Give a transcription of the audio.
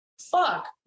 fuck